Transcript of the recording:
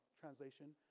Translation